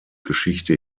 geschichte